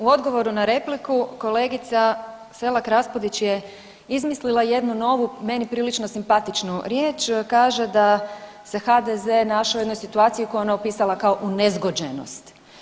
U odgovoru na repliku kolegica Selak Raspudić je izmislila jednu novu meni prilično simpatičnu riječ, kaže da se HDZ našao u jednoj situaciji koju je ona upisala kao unezgođenost.